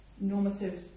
normative